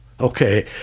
Okay